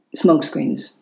smokescreens